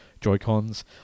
Joy-Cons